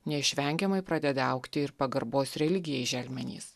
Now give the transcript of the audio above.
neišvengiamai pradeda augti ir pagarbos religijai želmenys